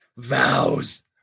Vows